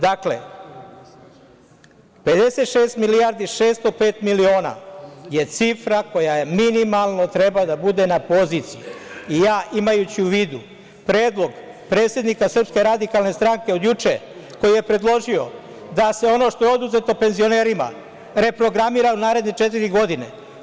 Dakle, 56.605.000.000 je cifra koja minimalno treba da bude na poziciji i ja imajući u vidu predlog predsednika SRS od juče, koji je predložio da se ono što je oduzeto penzionerima reprogramira u naredne četiri godine.